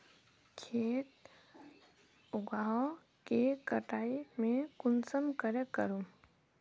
खेत उगोहो के कटाई में कुंसम करे करूम?